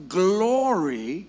glory